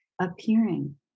appearing